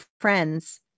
friends